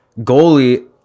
goalie